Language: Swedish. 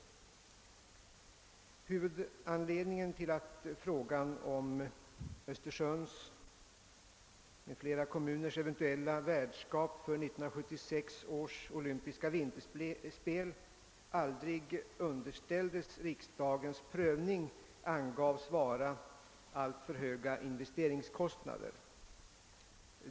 Huvudanledningen till att frågan om Östersunds m.fl. kommuners eventuella värdskap för 1976 års olympiska vinterspel aldrig underställdes riksdagens prövning angavs vara alltför höga investeringskostnader.